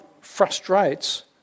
frustrates